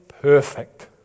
perfect